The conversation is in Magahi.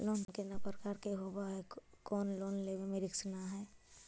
लोन कितना प्रकार के होबा है कोन लोन लेब में रिस्क न है?